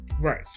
Right